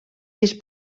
sis